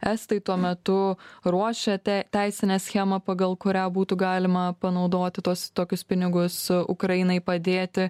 estai tuo metu ruošia te teisinę schemą pagal kurią būtų galima panaudoti tuos tokius pinigus ukrainai padėti